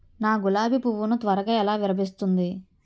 నా గులాబి పువ్వు ను త్వరగా ఎలా విరభుస్తుంది?